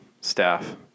staff